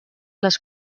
les